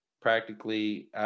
practically